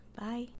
Bye